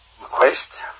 request